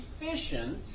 efficient